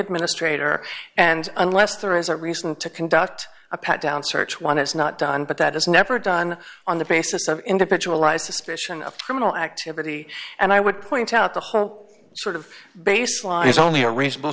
administrator and unless there is a recent to conduct a pat down search one it's not done but that is never done on the basis of individualized suspicion of criminal activity and i would point out the whole sort of baseline is only a reasonable